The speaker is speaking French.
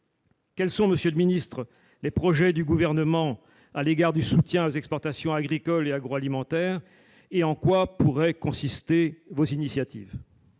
Quels sont les projets du Gouvernement à l'égard du soutien aux exportations agricoles et agroalimentaires ? En quoi pourraient consister vos initiatives ?